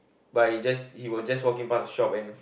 by just he was just walking past a shop and